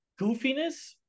goofiness